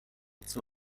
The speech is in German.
zum